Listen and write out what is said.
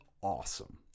awesome